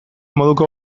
moduko